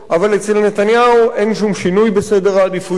אבל אצל נתניהו אין שום שינוי בסדר העדיפויות.